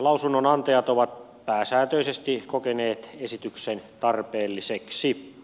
lausunnonantajat ovat pääsääntöisesti kokeneet esityksen tarpeelliseksi